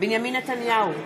בנימין נתניהו,